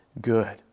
good